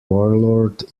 warlord